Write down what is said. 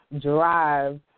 drive